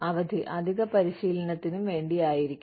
അവധി അധിക പരിശീലനത്തിനും വേണ്ടിയായിരിക്കാം